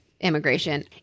immigration